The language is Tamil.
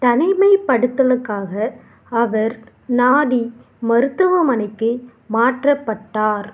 தனிமைப்படுத்தலுக்காக அவர் நாடி மருத்துவமனைக்கு மாற்றப்பட்டார்